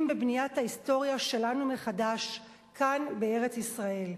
בבניית ההיסטוריה שלנו מחדש כאן בארץ-ישראל.